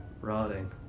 rotting